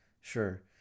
sure